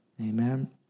Amen